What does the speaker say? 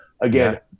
again